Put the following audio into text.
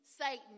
Satan